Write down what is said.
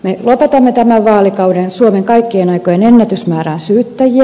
me lopetamme tämän vaalikauden suomen kaikkien aikojen ennätysmäärään syyttäjiä